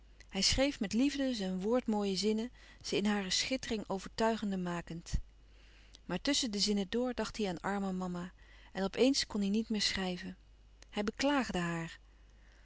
hij schreef met liefde zijn woordmooie zinnen ze in hare schittering overtuigende makend maar tusschen de zinnen door dacht hij aan arme mama en op eens kon hij niet meer schrijven hij beklaagde haar